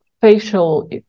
facial